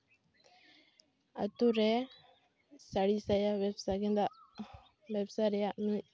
ᱟᱛᱳ ᱨᱮ ᱥᱟᱹᱲᱤ ᱥᱟᱭᱟ ᱵᱮᱵᱥᱟ ᱜᱮᱸᱫᱟᱜ ᱵᱮᱵᱥᱟ ᱨᱮᱭᱟᱜ ᱢᱤᱫ